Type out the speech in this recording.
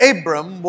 Abram